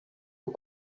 aux